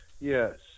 Yes